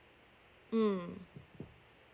mm